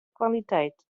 kwaliteit